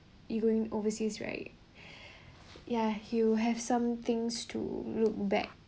you going overseas right ya he'll have some things to look back